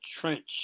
trench